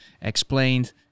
explained